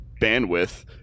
bandwidth